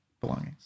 belongings